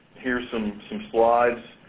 here's some some slides